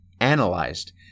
analyzed